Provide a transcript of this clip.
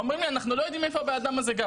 אומרים לי 'אנחנו לא יודעים איפה הבן אדם הזה גר,